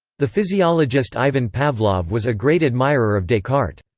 the physiologist ivan pavlov was a great admirer of descartes.